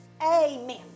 Amen